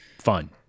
fun